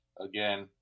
again